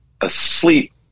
asleep